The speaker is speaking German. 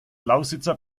lausitzer